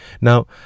Now